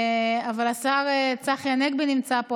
אבל השר צחי הנגבי נמצא פה,